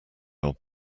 old